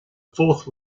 fourth